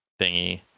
thingy